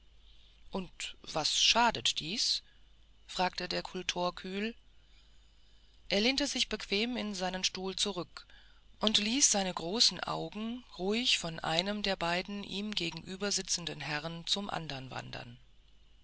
und was schadet dies fragte der kultor kühl er lehnte sich bequem in seinen stuhl zurück und ließ seine großen augen ruhig von einem der beiden ihm gegenübersitzenden herrn zum andern wandern